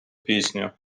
пісню